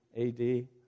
AD